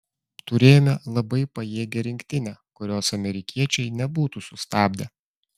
turėjome labai pajėgią rinktinę kurios amerikiečiai nebūtų sustabdę